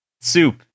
Soup